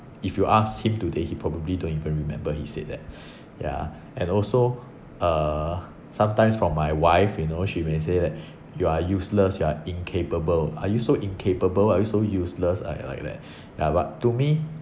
if you ask him today he probably don't even remember he said that yeah and also uh sometimes from my wife you know she may say that you are useless you are incapable are you so incapable are you so useless I like that ya but to me